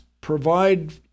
provide